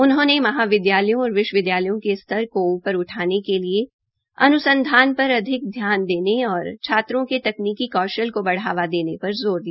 उन्होंने महाविद्यालयों और विश्वविद्यालयों के स्तर को ऊपर उठाने के लिए अन्संधान पर अधिक ध्यान देने और छात्रों के तकनीकी कौशल को बढ़ावा देने पर ज़ोर दिया